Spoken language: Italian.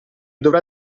dovrà